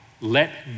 let